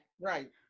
right